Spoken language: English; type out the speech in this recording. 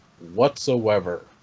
whatsoever